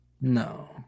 No